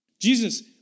Jesus